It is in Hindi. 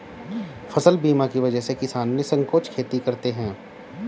फसल बीमा की वजह से किसान निःसंकोच खेती करते हैं